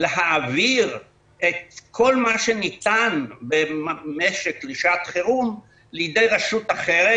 להעביר את כל מה שניתן במשק לשעת חירום לידי רשות אחרת,